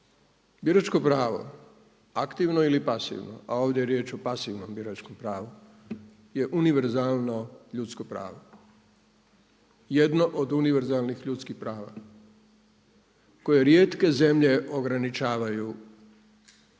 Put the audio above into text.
Biračko pravo aktivno ili pasivno, a ovdje je riječ o pasivnom biračkom pravu je univerzalno ljudsko pravo, jedno od univerzalnih ljudskih prava koje rijetke zemlje ograničavaju općom